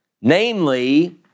Namely